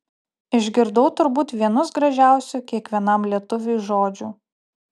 išgirdau turbūt vienus gražiausių kiekvienam lietuviui žodžių